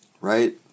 Right